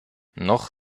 noch